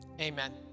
Amen